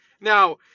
Now